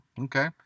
okay